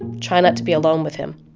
try not to be alone with him.